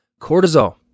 cortisol